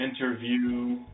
interview